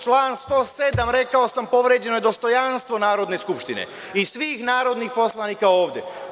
Član 107, rekao sam, povređeno je dostojanstvo Narodne skupštine i svih narodnih poslanika ovde.